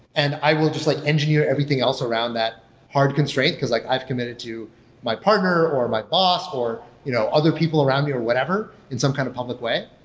and i will just like engineer everything else around that hard constraint, because like i've committed to my partner, or my boss, or you know other people around me or whatever in some kind of public way.